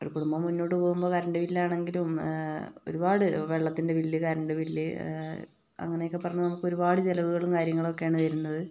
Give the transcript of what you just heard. ഒരു കുടുംബം മുന്നോട്ട് പോകുമ്പോൾ കറണ്ട് ബില്ലാണെങ്കിലും ഒരുപാട് വെള്ളത്തിൻ്റെ ബില്ല് കറണ്ട് ബിൽ അങ്ങനൊക്കെ പറഞ്ഞ് നമുക്ക് ഒരുപാട് ചിലവുകളും കാര്യങ്ങളും ഒക്കെയാണ് വരുന്നത്